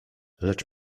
lecz